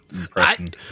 impression